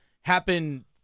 happen